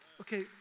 okay